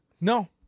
No